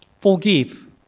Forgive